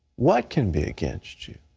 what can be against you?